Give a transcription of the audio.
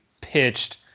pitched